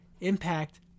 Impact